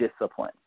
discipline